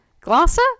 glasser